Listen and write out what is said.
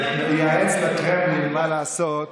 שייעץ לקרמלין מה לעשות.